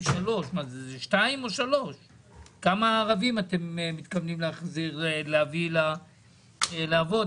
כמה ערבים אתם מתכוונים להביא לעבוד?